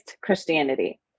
christianity